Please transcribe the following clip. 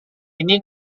ini